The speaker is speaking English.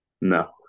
No